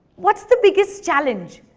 what's the biggest challenge?